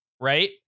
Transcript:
Right